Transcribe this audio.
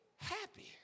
Happy